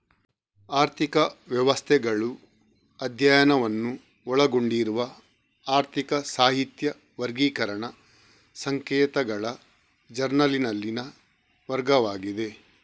ಆರ್ಥಿಕ ವ್ಯವಸ್ಥೆಗಳು ಅಧ್ಯಯನವನ್ನು ಒಳಗೊಂಡಿರುವ ಆರ್ಥಿಕ ಸಾಹಿತ್ಯ ವರ್ಗೀಕರಣ ಸಂಕೇತಗಳ ಜರ್ನಲಿನಲ್ಲಿನ ವರ್ಗವಾಗಿದೆ